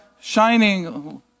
shining